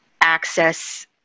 access